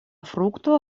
frukto